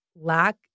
lack